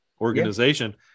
organization